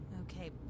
Okay